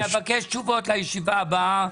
אני אבקש תשובות לישיבה הבאה.